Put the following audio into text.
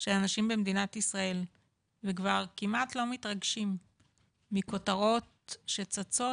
של אנשים במדינת ישראל וכבר כמעט לא מתרגשים מכותרות שצצות,